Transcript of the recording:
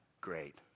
great